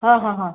हा हा हा